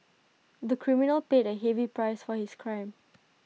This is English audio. the criminal paid A heavy price for his crime